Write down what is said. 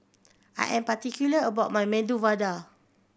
I am particular about my Medu Vada